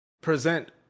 present